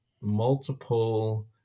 multiple